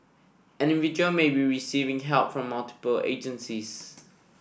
an individual may be receiving help from multiple agencies